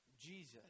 Jesus